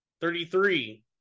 Thirty-three